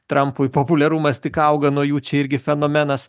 trampui populiarumas tik auga nuo jų čia irgi fenomenas